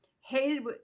Hated